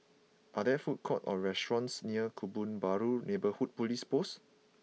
are there food courts or restaurants near Kebun Baru Neighbourhood Police Post